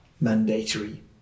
mandatory